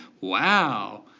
Wow